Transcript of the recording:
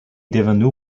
devenu